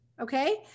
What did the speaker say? Okay